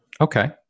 Okay